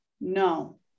no